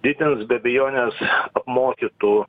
didins be abejonės apmokytų